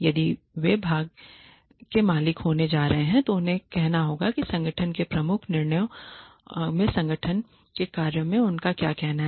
यदि वे भाग के मालिक होने जा रहे हैं तो उन्हें कहना होगा कि संगठन के प्रमुख निर्णयों में संगठन के कार्यों में उनका क्या कहना है